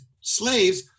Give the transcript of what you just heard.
slaves